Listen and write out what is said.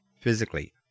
physically